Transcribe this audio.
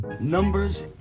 Numbers